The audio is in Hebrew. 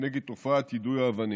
כנגד תופעת יידוי האבנים.